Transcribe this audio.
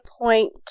point